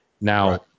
Now